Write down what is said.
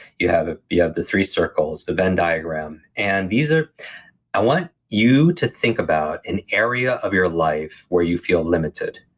you have ah you have the three circles, the venn diagram and ah i want you to think about an area of your life where you feel limited.